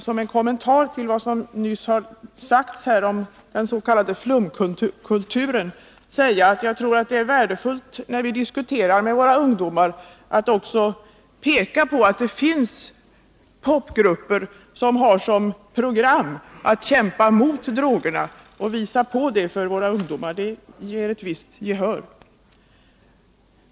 Som en kommentar till vad som nyss har anförts om den s.k. flumkulturen vill jag i det sammanhanget gärna säga att jag tror att det är värdefullt att vi i diskussionen med våra ungdomar pekar på att det finns popgrupper som har som program att kämpa mot drogerna. Jag tror att vi genom att peka på detta kan få ett visst gehör.